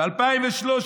ב-2013: